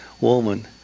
Woman